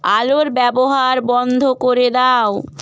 আলোর ব্যবহার বন্ধ করে দাও